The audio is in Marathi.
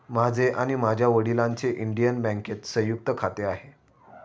माझे आणि माझ्या वडिलांचे इंडियन बँकेत संयुक्त खाते आहे